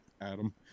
Adam